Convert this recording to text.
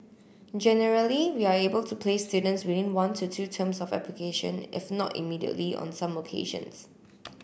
generally we are able to place students within one to two terms of application if not immediately on some occasions